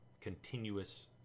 continuous